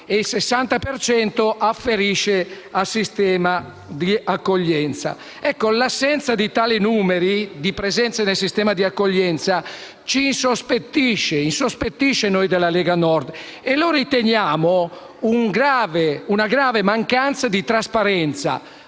cento afferisce al sistema di accoglienza. L'assenza di tali numeri, relativi alle presenze nel sistema di accoglienza, insospettisce noi della Lega Nord e la riteniamo una grave mancanza di trasparenza